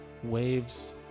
waves